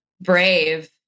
brave